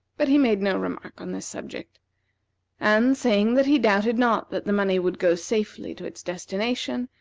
but he made no remark on this subject and, saying that he doubted not that the money would go safely to its destination,